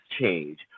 change